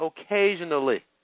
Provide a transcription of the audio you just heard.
occasionally